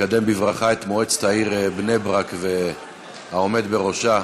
נקדם בברכה את מועצת העיר בני-ברק והעומד בראשה.